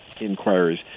inquiries